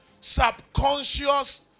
subconscious